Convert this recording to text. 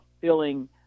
feeling